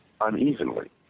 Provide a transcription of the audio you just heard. unevenly